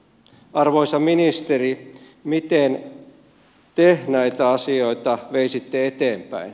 arvoisa ministeri miten te näitä asioita veisitte eteenpäin